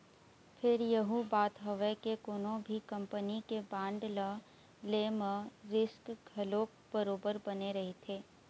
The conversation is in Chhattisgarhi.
फेर यहूँ बात हवय के कोनो भी कंपनी के बांड ल ले म रिस्क घलोक बरोबर बने रहिथे